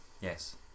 yes